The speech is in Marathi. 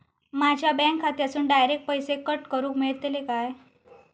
माझ्या बँक खात्यासून डायरेक्ट पैसे कट करूक मेलतले काय?